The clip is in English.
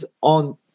on